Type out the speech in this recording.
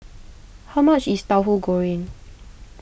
how much is Tahu Goreng